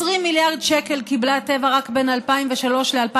20 מיליארד שקל קיבלה טבע רק בין 2003 ל-2014,